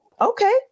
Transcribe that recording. Okay